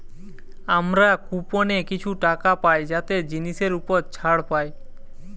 আমরা কুপনে কিছু টাকা পাই যাতে জিনিসের উপর ছাড় পাই